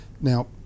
Now